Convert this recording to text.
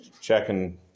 checking